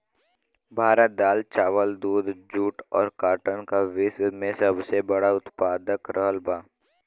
भारत दाल चावल दूध जूट और काटन का विश्व में सबसे बड़ा उतपादक रहल बा